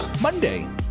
Monday